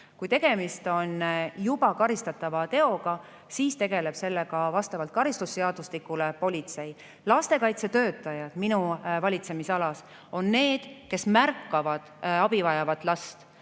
Kui tegemist on karistatava teoga, siis tegeleb sellega vastavalt karistusseadustikule politsei. Lastekaitsetöötajad minu valitsemisalas on need, kes märkavad abivajavat last,